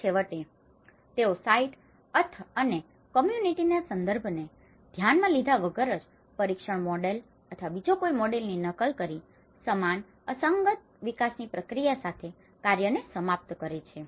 અને છેવટે તેઓ સાઇટ અને કમ્યૂનિટીના સંદર્ભને ધ્યાનમાં લીધા વગર જ પરીક્ષણ મોડેલ અથવા બીજા કોઈ મોડેલની નકલ કરીને સમાન અસંગત વિકાસની પ્રક્રિયા સાથે કાર્ય સમાપ્ત કરે છે